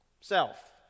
self